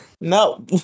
No